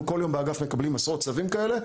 אנחנו כל יום באגף מקבלים עשרות צווים כאלה,